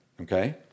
Okay